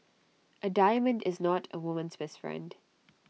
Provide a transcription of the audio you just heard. A diamond is not A woman's best friend